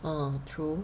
orh true